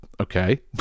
Okay